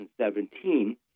2017